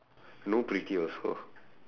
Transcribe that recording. no pretty also